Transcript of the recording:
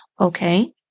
okay